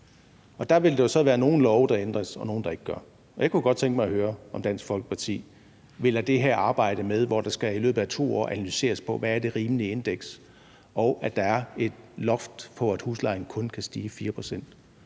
der jo så være nogle love, der ændres, og nogle, der ikke gør. Og jeg kunne godt tænke mig at høre, om Dansk Folkeparti vil lade det her arbejde, altså den her lov, hvor der i løbet af 2 år skal analyseres på, hvad det rimelige indeks er, og hvor der er et loft på, at huslejen kun kan stige 4 pct.,